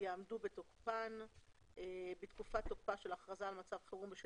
יעמדו בתוקפן בתקופת תוקפה של הכרזה על מצב חירום בשל